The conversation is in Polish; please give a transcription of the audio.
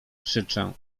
krzyczę